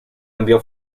envió